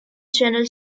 channel